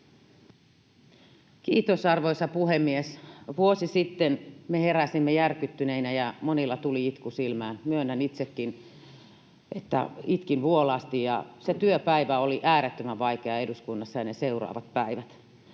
Kiitos, arvoisa puhemies! Vuosi sitten me heräsimme järkyttyneinä, ja monilla tuli itku silmään. Myönnän itsekin, että itkin vuolaasti, ja se työpäivä ja ne seuraavat päivät